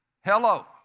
Hello